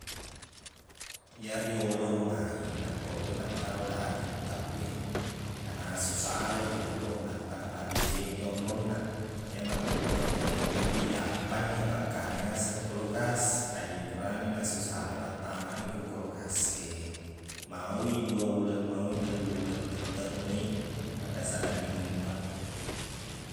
Ya riolo ro mai, nakko laoi mattaro daging tau e, nanasu salai joloq, nappa napadecengi onrongna. Iye makkukkuang e, lebbi gampangni, apaq kani aseng kulukas. Aji puarani nasu salai, pattamani ko kulukas e. Maui dua uleng, maui tellu uleng, tetteq moi maqdasa daging mpa.